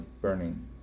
burning